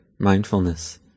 mindfulness